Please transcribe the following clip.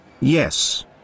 Yes